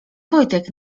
wojtek